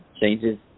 Changes